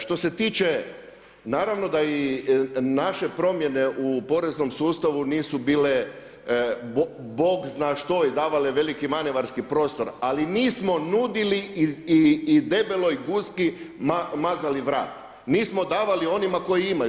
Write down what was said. Što se tiče naravno da i naše promjene u poreznom sustavu nisu bile bog zna što i davale veliki manevarski prostor, ali nismo nudili i debeloj guski mazali vrat, nismo davali onima koji imaju.